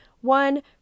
one